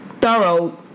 thorough